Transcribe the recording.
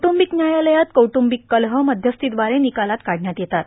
कौद्रंबिक व्यायालयात कौद्रंबिक कलह मध्यस्थीद्वारे निकालात काढण्यात येतात